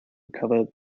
recover